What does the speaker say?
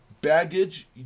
baggage